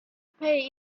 pay